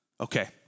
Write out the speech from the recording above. Okay